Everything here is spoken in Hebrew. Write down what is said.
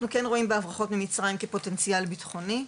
אנחנו כן רואים בהברחות ממצרים כפוטנציאל ביטחוני,